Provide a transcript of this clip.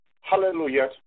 Hallelujah